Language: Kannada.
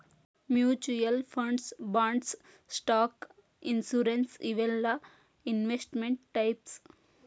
mutual funds bonds stock insurance ಇವೆಲ್ಲಾ ಇನ್ವೆಸ್ಟ್ಮೆಂಟ್ ಟೈಪ್ಸ್